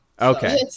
Okay